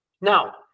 now